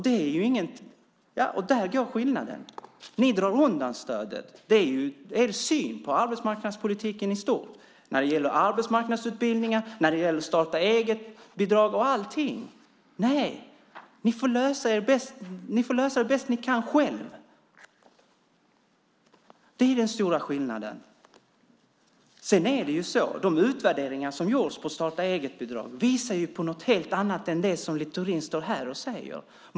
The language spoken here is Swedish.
Där är skillnaden. Ni drar undan stödet. Det är er syn på arbetsmarknadspolitiken i stort när det gäller arbetsmarknadsutbildningar, starta-eget-bidrag och allt. Ni får lösa detta bäst ni kan själva. Det är den stora skillnaden. De utvärderingar som har gjorts av starta-eget-bidrag visar på något helt annat än det Littorin står här och säger.